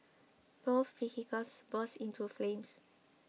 both vehicles burst into flames